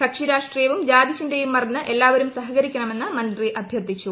കക്ഷിരാഷ്ട്രീയവും ജാതിചിന്തയും മറന്ന് എല്ലാവരും സഹകരിക്കണമെന്നും മന്ത്രി അഭ്യർത്ഥിച്ചു